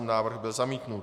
Návrh byl zamítnut.